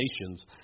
nations